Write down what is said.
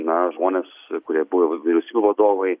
na žmonės kurie buvo vyriausybių vadovai